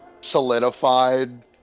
solidified